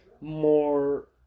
more